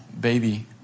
baby